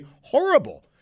horrible